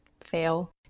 fail